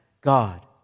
God